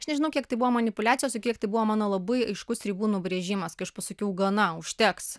aš nežinau kiek tai buvo manipuliacijos kiek tai buvo mano labai aiškus ribų nubrėžimas kai aš pasakiau gana užteks